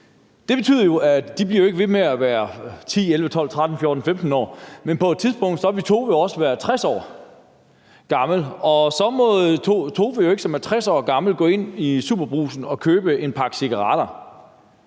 De bliver jo ikke ved med at være 10, 11, 12, 13, 14, 15 år. På et tidspunkt vil Tove jo også være 60 år gammel, og så må Tove, som er 60 år gammel, ikke gå ind i SuperBrugsen og købe en pakke cigaretter.